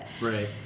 Right